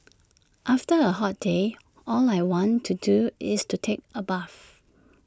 after A hot day all I want to do is to take A bath